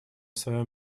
свое